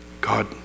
God